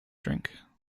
drink